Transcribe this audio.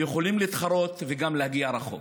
הם יכולים להתחרות וגם להגיע רחוק.